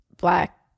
black